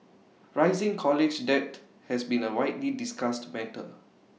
rising college debt has been A widely discussed matter